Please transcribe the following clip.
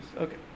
Okay